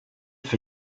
för